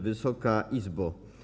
Wysoka Izbo!